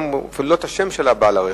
אפילו לא את שם בעל הרכב,